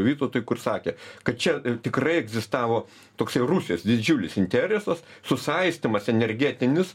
vytautui kur sakė kad čia tikrai egzistavo toksai rusijos didžiulis interesas susaistymas energetinis